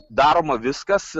daroma viskas